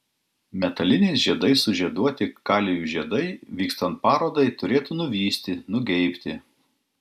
metaliniais žiedais sužieduoti kalijų žiedai vykstant parodai turėtų nuvysti nugeibti